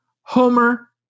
Homer